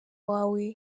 wawe